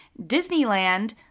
Disneyland